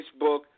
Facebook